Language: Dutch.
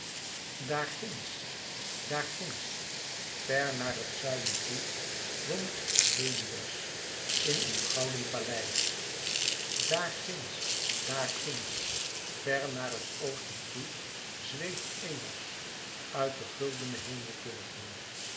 daar ginds ver naar het zuiden toe woont helios in een gouden paleis daar ginds daar ginds ver naar het oosten toe zweeft eos uit de guldene